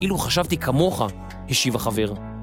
אילו חשבתי כמוך, השיב החבר.